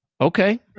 Okay